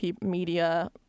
media